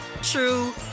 true